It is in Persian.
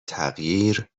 تغییر